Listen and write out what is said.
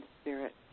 spirit